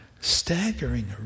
staggering